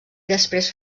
després